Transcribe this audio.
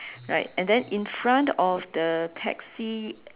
like and then in front of the taxi